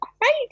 great